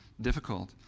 difficult